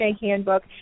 handbook